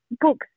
books